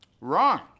Wrong